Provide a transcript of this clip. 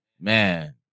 man